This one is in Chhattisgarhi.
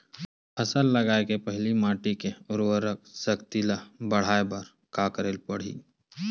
फसल लगाय के पहिली माटी के उरवरा शक्ति ल बढ़ाय बर का करेला पढ़ही?